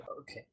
Okay